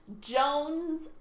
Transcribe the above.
Jones